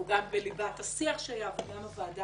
הוא גם בליבת השיח שהיה פה וגם הוועדה